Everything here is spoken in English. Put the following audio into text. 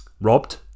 robbed